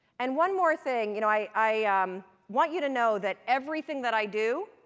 and one more thing, you know i i um want you to know that everything that i do,